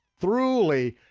throughly,